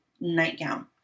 nightgown